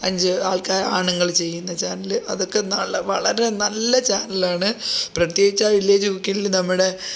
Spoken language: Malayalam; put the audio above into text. അഞ്ച് ആൾക്കാ ആണുങ്ങൾ ചെയ്യുന്ന ചാനൽ അതൊക്കെ നല്ല വളരെ നല്ല ചാനലാണ് പ്രേത്യേകിച്ച് ആ വില്ലേജ് കുക്കിങ്ങിൽ നമ്മുടെ